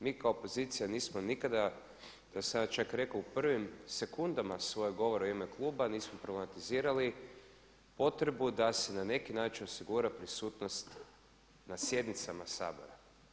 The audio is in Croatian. Mi kao opozicija nismo nikada, to sam ja čak rekao u prvim sekundama svojeg govora u ime kluba nismo problematizirali potrebu da se na neki način osigura prisutnost na sjednicama Sabora.